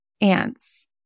ants